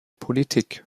politik